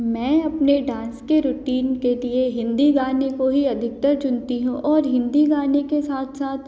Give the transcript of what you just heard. मैं अपने डांस के रूटिन के दिए हिंदी गाने को ही अधिकतर चुनती हूँ और हिंदी गाने के साथ साथ